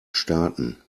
starten